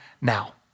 now